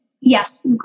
Yes